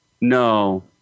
no